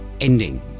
ending